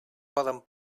poden